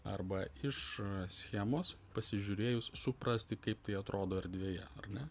arba iš schemos pasižiūrėjus suprasti kaip tai atrodo erdvėje ar ne